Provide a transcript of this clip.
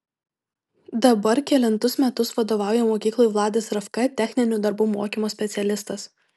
dabar kelintus metus vadovauja mokyklai vladas ravka techninių darbų mokymo specialistas